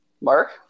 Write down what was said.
Mark